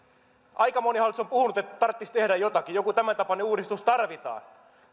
aika moni hallitus on puhunut että tarttis tehdä jotakin joku tämän tapainen uudistus tarvitaan